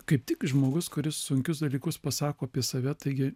kaip tik žmogus kuris sunkius dalykus pasako apie save taigi